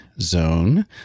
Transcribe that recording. zone